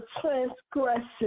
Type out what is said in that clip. transgression